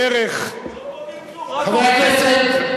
בערך מיליון דונם.